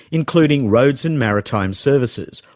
including roads and maritime services,